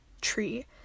tree